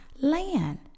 land